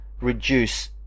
reduce